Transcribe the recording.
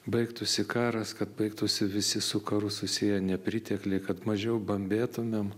baigtųsi karas kad baigtųsi visi su karu susiję nepritekliai kad mažiau bambėtumėm